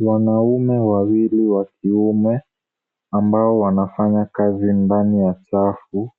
Wanaume wawili wa kiume ambao wanafanya kazi ndani ya chafu.